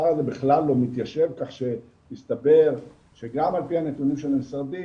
בכלל לא מתיישב כיוון שמסתבר שגם על פי הנתונים של המשרדים,